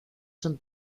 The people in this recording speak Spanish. son